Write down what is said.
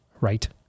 right